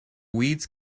weeds